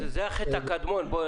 זה החטא הקדמון.